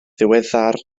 ddiweddar